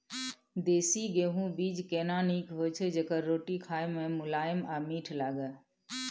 देसी गेहूँ बीज केना नीक होय छै जेकर रोटी खाय मे मुलायम आ मीठ लागय?